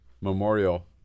Memorial